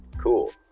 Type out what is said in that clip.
cool